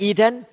Eden